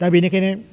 दा बिनिखायनो